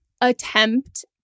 attempt